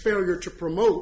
failure to promote